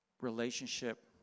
relationship